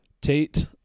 Tate